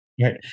Right